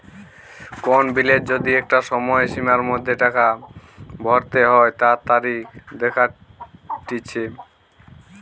কোন বিলের যদি একটা সময়সীমার মধ্যে টাকা ভরতে হই তার তারিখ দেখাটিচ্ছে